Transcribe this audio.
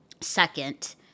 Second